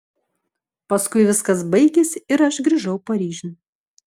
paskui viskas baigėsi ir aš grįžau paryžiun